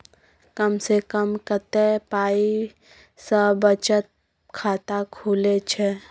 कम से कम कत्ते पाई सं बचत खाता खुले छै?